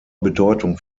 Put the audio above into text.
bedeutung